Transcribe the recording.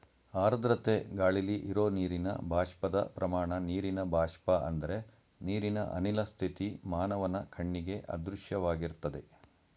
ಆರ್ದ್ರತೆ ಗಾಳಿಲಿ ಇರೋ ನೀರಿನ ಬಾಷ್ಪದ ಪ್ರಮಾಣ ನೀರಿನ ಬಾಷ್ಪ ಅಂದ್ರೆ ನೀರಿನ ಅನಿಲ ಸ್ಥಿತಿ ಮಾನವನ ಕಣ್ಣಿಗೆ ಅದೃಶ್ಯವಾಗಿರ್ತದೆ